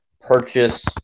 purchase